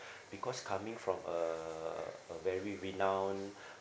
because coming from a uh a very renowned uh